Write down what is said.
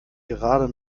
gerade